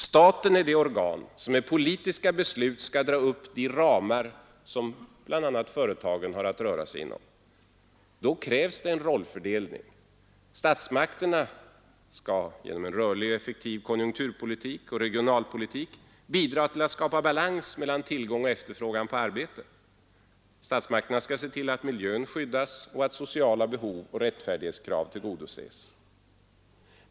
Staten är det organ som med politiska beslut skall dra upp de ramar som bl.a. företagen har att röra sig inom. Då krävs det en rollfördelning. Statsmakterna skall genom en rörlig och effektiv konjunkturpolitik och regionalpolitik bidra till att skapa balans mellan tillgång och efterfrågan på arbete. Statsmakterna skall se till att miljön skyddas och att sociala behov och rättfärdighetskrav tillgodoses.